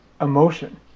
emotion